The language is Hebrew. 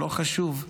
לא חשוב,